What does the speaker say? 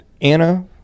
Anna